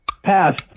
Pass